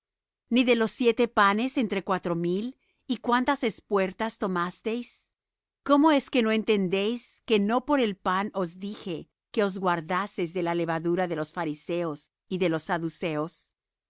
ni de los siete panes entre cuatro mil y cuántas espuertas tomasteis cómo es que no entendéis que no por el pan os dije que os guardaseis de la levadura de los fariseos y de los saduceos